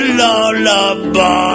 lullaby